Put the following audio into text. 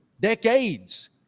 Decades